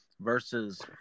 versus